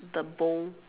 the bow